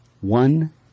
One